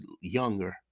younger